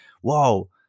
whoa